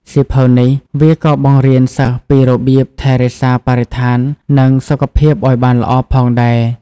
សៀវភៅនេះវាក៏បង្រៀនសិស្សពីរបៀបថែរក្សាបរិស្ថាន និងសុខភាពឱ្យបានល្អផងដែរ។